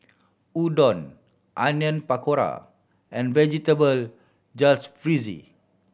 Udon Onion Pakora and Vegetable Jalfrezi